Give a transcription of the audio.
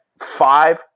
Five